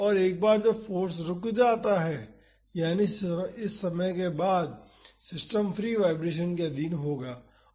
और एक बार जब फाॅर्स रुक जाता है यानी इस समय के बाद सिस्टम फ्री वाईब्रेशन के अधीन होगा